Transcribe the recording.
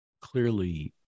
Clearly